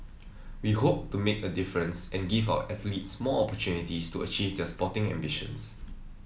we hope to make a difference and give our athletes more opportunities to achieve the sporting ambitions